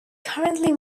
currently